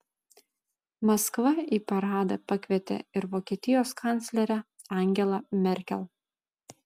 maskva į paradą pakvietė ir vokietijos kanclerę angelą merkel